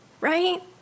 right